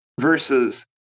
versus